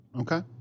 okay